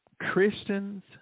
Christians